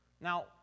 Now